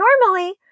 normally